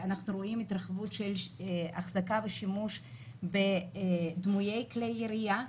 אנחנו רואים התרחבות של החזקה ושימוש בדמויי כלי ירייה,